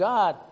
God